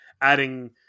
adding